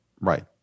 Right